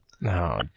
no